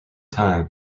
time